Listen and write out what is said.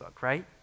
right